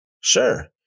Sure